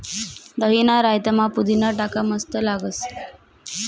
दहीना रायतामा पुदीना टाका मस्त लागस